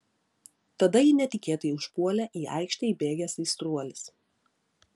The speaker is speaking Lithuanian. tada jį netikėtai užpuolė į aikštę įbėgęs aistruolis